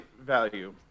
value